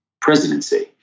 presidency